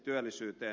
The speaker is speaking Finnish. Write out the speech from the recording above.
kysyn